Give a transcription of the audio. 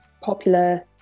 popular